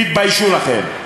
תתביישו לכם.